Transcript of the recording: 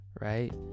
Right